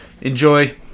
enjoy